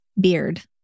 beard